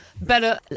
better